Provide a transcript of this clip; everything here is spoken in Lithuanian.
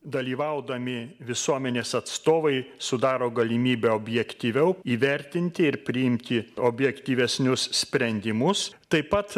dalyvaudami visuomenės atstovai sudaro galimybę objektyviau įvertinti ir priimti objektyvesnius sprendimus taip pat